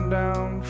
down